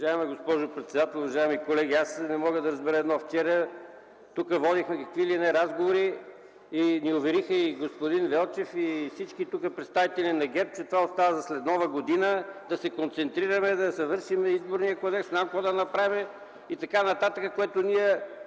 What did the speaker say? Уважаема госпожо председател, уважаеми колеги! Аз не мога да разбера едно! Вчера тук водихме какви ли не разговори и ни увериха и господин Велчев, и всички други представители на ГЕРБ, че това остава за след Нова година, да се концентрираме, да завършим Изборния кодекс, не знам какво да направим и т.н., което ние,